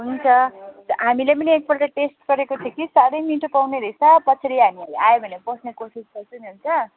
हुन्छ हामीले पनि एकपल्ट टेस्ट गरेको थियौँ कि साह्रै मिठो पाउने रहेछ पछि ल्यायो भने आयौँ भने पस्ने कोसिस गर्छु नि हुन्छ